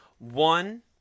One